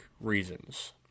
reasons